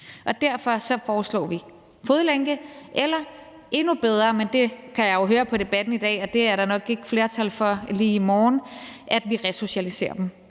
Derfor foreslår Enhedslisten fodlænke eller endnu bedre – men det kan jeg jo høre på debatten i dag der nok ikke er flertal for lige i morgen – at vi resocialiserer dem,